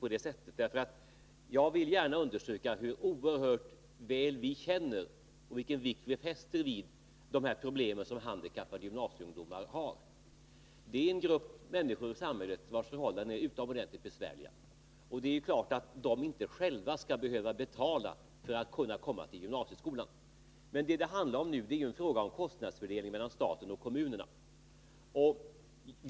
Jag vill understryka hur oerhört väl vi 19 november 1980 känner till och vilken vikt vi lägger vid de problem som handikappade gymnasieungdomar har. De är en grupp människor i samhället vilkas Studieomdömet förhållanden är utomordentligt besvärliga. Det är klart att de inte själva skall inom folkhögskobehöva betala för att kunna komma till gymnasieskolan. Men vad det nu Jan handlar om är kostnadsfördelningen mellan staten och kommunerna.